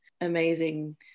amazing